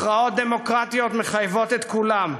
הכרעות דמוקרטיות מחייבות את כולם.